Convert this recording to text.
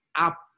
up